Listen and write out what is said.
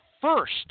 first